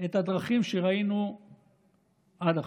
את הדרכים שראינו עד עכשיו,